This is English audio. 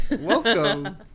welcome